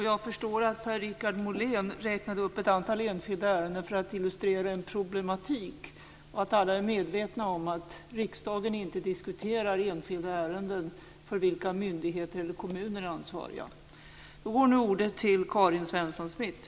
Jag förstår att Per-Richard Molén räknade upp ett antal enskilda ärenden för att illustrera en problematik och att alla är medvetna om att riksdagen inte diskuterar enskilda ärenden för vilka myndigheter eller kommuner är ansvariga.